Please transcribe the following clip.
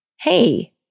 hey